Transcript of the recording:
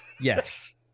Yes